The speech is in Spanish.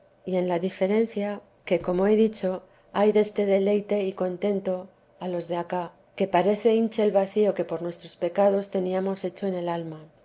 y en la diferencia que teresa de jesús hay deste deleite y contento a los de acá que parece hinche el vacio que por nuestros pecados teníamos hecho en el alma